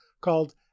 called